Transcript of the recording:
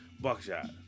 Buckshot